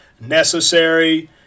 necessary